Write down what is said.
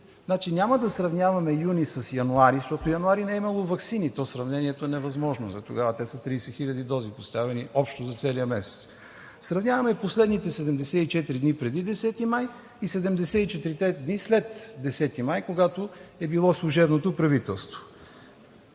няма да сравняваме месец юни с месец януари, защото януари не е имало ваксини и сравнението е невъзможно – тогава са поставени 30 хиляди дози общо за целия месец. Сравняваме последните 74 дни преди 10 май и 74-те дни след 10 май, когато е било служебното правителство.